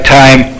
time